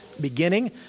beginning